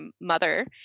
mother